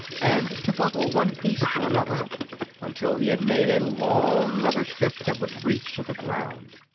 and to buckle one piece to another until he had made a long leather strip that would reach to the ground.